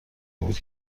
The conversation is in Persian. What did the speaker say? بود